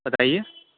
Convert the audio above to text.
بتائیے